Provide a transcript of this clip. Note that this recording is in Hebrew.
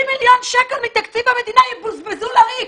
מיליון שקל מתקציב המדינה יבוזבזו לריק.